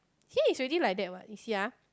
he is already like that what you see ah